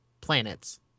planets